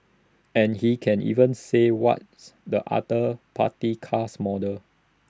and he can even say what's the other party's cars model